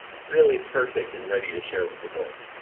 really perfect and ready to share with the world?